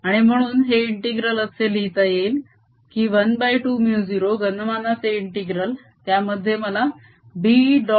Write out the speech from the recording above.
आणि म्हणून हे इंटीग्रल असे लिहिता येईल की ½ μ0 घनमानाचे ∫ त्यामध्ये मला B